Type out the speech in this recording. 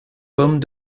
pomme